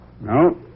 No